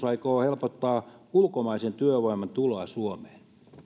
aikoo helpottaa ulkomaisen työvoiman tuloa suomeen